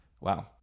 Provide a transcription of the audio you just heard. Wow